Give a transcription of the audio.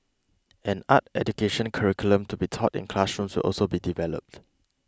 an art education curriculum to be taught in classrooms will also be developed